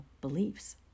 beliefs